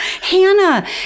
Hannah